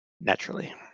naturally